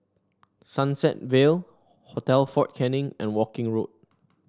Sunset Vale Hotel Fort Canning and Woking Road